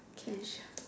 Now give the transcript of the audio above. can sure